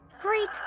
Great